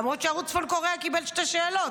למרות שערוץ צפון קוריאה קיבל שתי שאלות,